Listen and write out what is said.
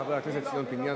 חבר הכנסת ציון פיניאן.